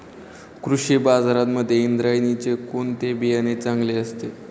कृषी बाजारांमध्ये इंद्रायणीचे कोणते बियाणे चांगले असते?